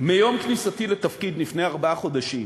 מיום כניסתי לתפקיד, לפני ארבעה חודשים,